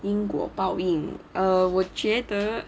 因果报应 err 我觉得